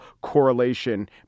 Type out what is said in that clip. correlation